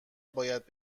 باید